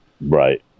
Right